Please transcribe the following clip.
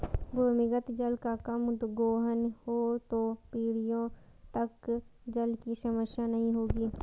भूमिगत जल का कम गोहन हो तो पीढ़ियों तक जल की समस्या नहीं होगी